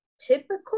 typical